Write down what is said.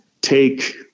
take